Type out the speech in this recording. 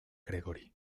gregory